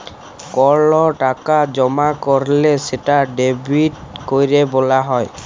call টাকা জমা ক্যরলে সেটা ডেবিট ক্যরা ব্যলা হ্যয়